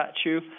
statue